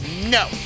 no